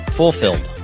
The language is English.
fulfilled